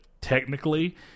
technically